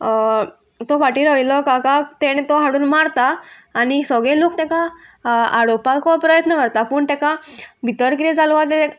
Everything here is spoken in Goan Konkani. तो फाटी रोविल्लो काकाक तेणें तो हाडून मारता आनी सगळे लोक तेका आडोवपाक प्रयत्न करता पूण तेका भितर कितें जालो आहा तें